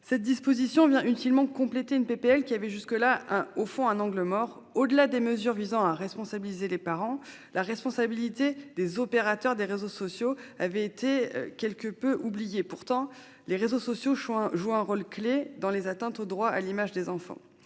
Cette disposition vient utilement compléter une proposition de loi qui comportait jusque-là un angle mort : au-delà des mesures visant à responsabiliser les parents, la responsabilité des opérateurs de réseaux sociaux avait été quelque peu oubliée. Pourtant, les réseaux sociaux jouent un rôle clé dans les atteintes au droit à l'image des enfants.